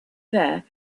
there